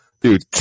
dude